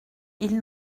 ils